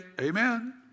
amen